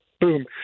boom